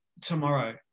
tomorrow